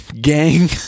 gang